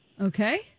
Okay